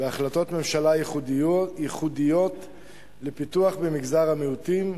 בהחלטות ממשלה ייחודיות לפיתוח במגזר המיעוטים,